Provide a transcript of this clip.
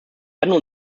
unsere